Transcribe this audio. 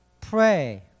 Pray